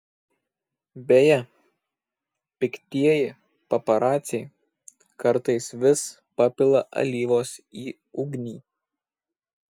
beje piktieji paparaciai kartais vis papila alyvos į ugnį